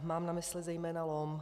Mám na mysli zejména LOM.